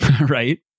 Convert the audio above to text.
right